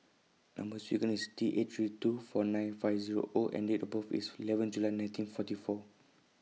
Number sequence IS T eight three two four nine five Zero O and Date of birth IS eleven July nineteen forty four